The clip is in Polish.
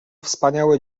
wspaniałe